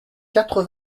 quatre